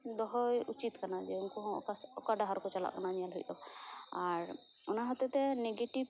ᱫᱚᱦᱚᱭ ᱩᱪᱤᱛ ᱠᱟᱱᱟ ᱡᱮ ᱩᱱᱠᱩ ᱦᱚᱸ ᱚᱠᱟ ᱥᱮᱡ ᱚᱠᱟ ᱰᱟᱦᱟᱨ ᱠᱚ ᱪᱟᱞᱟᱜ ᱠᱟᱱᱟ ᱧᱮᱞ ᱦᱩᱭᱩᱜᱼᱟ ᱟᱨ ᱚᱱᱟ ᱦᱚᱛᱮᱛᱮ ᱱᱮᱜᱮᱴᱤᱵᱽ ᱦᱚᱸ